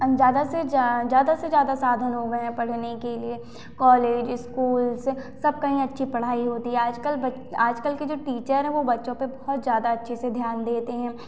अब ज़्यादा से जा ज़्यादा से ज़्यादा साधन हो गया है पढ़ने के लिए कॉलेज स्कूल सब कही अच्छी पढ़ाई होती है आजकल के जो टीचर है वह बच्चों पर बहुत अच्छे से ध्यान देते हैं